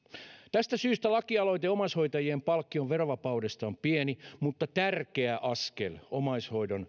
tästä syystä lakialoite omaishoitajien palkkion verovapaudesta on pieni mutta tärkeä askel omaishoidon